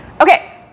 Okay